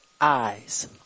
eyes